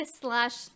slash